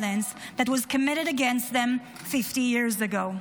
that was committed against them 50 years ago.